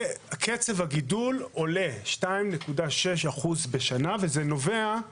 וקצב הגידול עולה ב-2.6% כל שנה, כשהעלייה נובעת